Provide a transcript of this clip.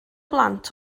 blant